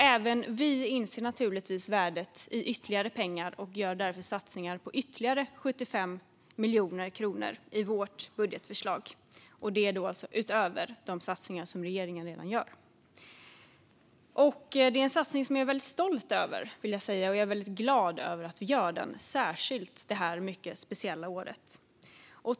Även vi inser naturligtvis värdet av ytterligare pengar och gör därför satsningar på 75 miljoner kronor i vårt budgetförslag, vilket alltså är utöver de satsningar som regeringen redan gör. Detta är en satsning som jag är väldigt stolt över, vill jag säga. Jag är glad att vi gör den, särskilt det här mycket speciella året.